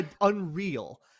unreal